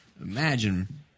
imagine